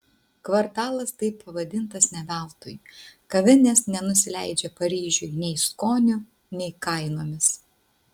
kvartalas taip pavadintas ne veltui kavinės nenusileidžia paryžiui nei skoniu nei kainomis